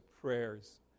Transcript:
prayers